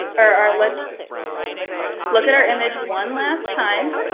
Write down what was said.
or let's look at our image one last time.